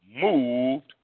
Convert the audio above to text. moved